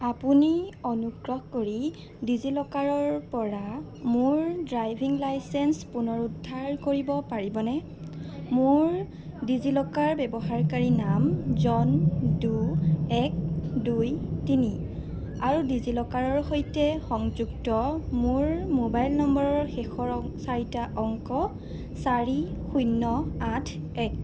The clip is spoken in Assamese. আপুনি অনুগ্ৰহ কৰি ডিজি লকাৰৰ পৰা মোৰ ড্ৰাইভিং লাইচেন্স পুনৰুদ্ধাৰ কৰিব পাৰিবনে মোৰ ডিজি লকাৰ ব্যৱহাৰকাৰী নাম জন ডো এক দুই তিনি আৰু ডিজি লকাৰৰ সৈতে সংযুক্ত মোৰ মোবাইল নম্বৰৰ শেষৰ চাৰিটা অংক চাৰি শূণ্য আঠ এক